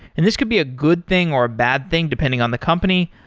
and this could be a good thing, or a bad thing depending on the company.